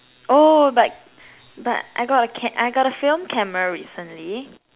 oh but but I got a cam~ I got a film camera recently